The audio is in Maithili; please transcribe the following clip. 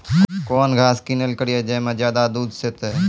कौन घास किनैल करिए ज मे ज्यादा दूध सेते?